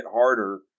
harder